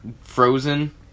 frozen